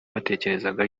batekerezaga